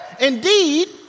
Indeed